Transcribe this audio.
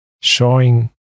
showing